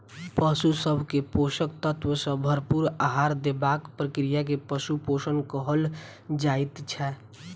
पशु सभ के पोषक तत्व सॅ भरपूर आहार देबाक प्रक्रिया के पशु पोषण कहल जाइत छै